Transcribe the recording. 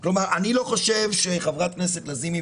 כלומר אני לא חושב שחברת הכנסת לזימי,